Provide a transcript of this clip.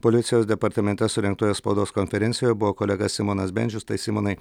policijos departamente surengtoje spaudos konferencijoje buvo kolega simonas bendžius tai simonai